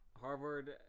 Harvard